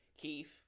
Keith